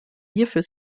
hierfür